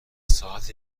ساعت